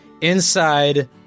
Inside